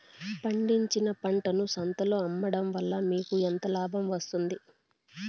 పండించిన పంటను సంతలలో అమ్మడం వలన మీకు ఎంత లాభం వస్తుంది?